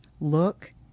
look